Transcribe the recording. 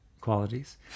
qualities